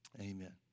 Amen